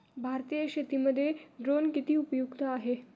भारतीय शेतीमध्ये ड्रोन किती उपयुक्त आहेत?